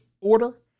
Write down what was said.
order